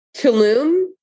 Tulum